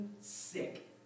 sick